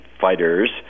fighters